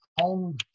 home